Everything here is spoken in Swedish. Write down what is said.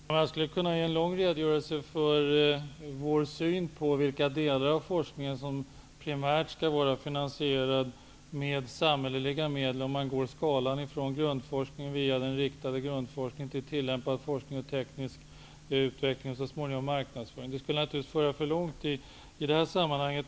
Herr talman! Jag skulle kunna ge en lång redogörelse för vår syn på vilka delar av forskningen som primärt skall finansieras av samhälleliga medel. Jag kan ta hela skalan från grundforskning, via den riktade grundforskningen till den tillämpade forskningen, teknisk utveckling och så småningom marknadsföring. Det skulle naturligtvis föra för långt i det här sammanhanget.